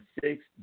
six